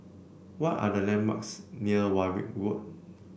why are the landmarks near Warwick Road